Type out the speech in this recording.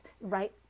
right